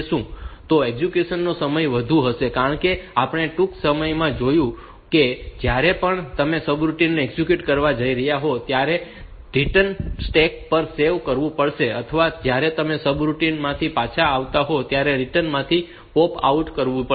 તો એક્ઝેક્યુશન નો સમય વધુ હશે કારણ કે આપણે ટૂંક સમયમાં જોઈશું કે જ્યારે પણ તમે સબરૂટિન એક્ઝિક્યુટ કરવા જઈ રહ્યા હોવ ત્યારે રીટર્ન સ્ટેક પર સેવ કરવું પડશે અથવા જ્યારે તમે સબરૂટિન માંથી પાછા આવો ત્યારે રીટર્ન માંથી પોપ આઉટ કરવું પડશે